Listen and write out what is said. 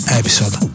episode